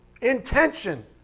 intention